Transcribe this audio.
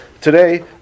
Today